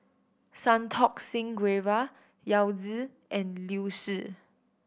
Santokh Singh Grewal Yao Zi and Liu Si